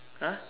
!huh!